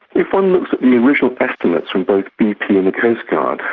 if one looks at the original estimates from both bp and the coastguard,